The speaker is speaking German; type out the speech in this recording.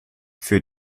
für